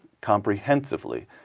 comprehensively